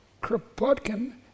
Kropotkin